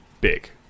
big